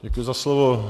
Děkuji za slovo.